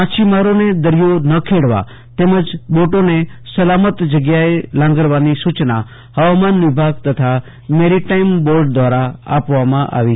માછીમારોને દરિયો ન ખેડવા તેમજ બોટો સલામત જગ્યાએ લાંગરવાની સુચના હવામાન વિભાગ તથા મેરીટાઈમ બોર્ડ દ્રારા આપવામાં આવી છે